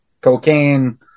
cocaine